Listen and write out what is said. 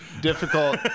Difficult